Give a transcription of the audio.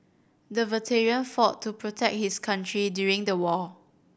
the veteran fought to protect his country during the war